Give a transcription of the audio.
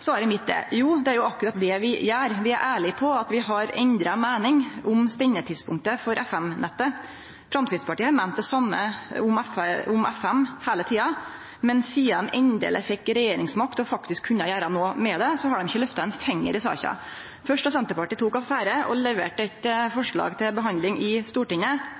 Svaret mitt er: Det er akkurat det vi gjer, vi er ærlege på at vi har endra meining om tidspunktet for å stengje FM-nettet. Framstegspartiet har meint det same om FM heile tida, men sidan ein endeleg fekk regjeringsmakt og kunne gjere noko med det, har ein ikkje løfta ein finger i saka. Først då Senterpartiet tok affære og leverte eit forslag til behandling i Stortinget,